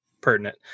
pertinent